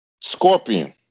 scorpion